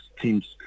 teams